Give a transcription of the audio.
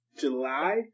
July